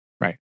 Right